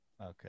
Okay